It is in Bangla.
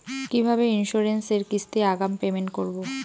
কিভাবে ইন্সুরেন্স এর কিস্তি আগাম পেমেন্ট করবো?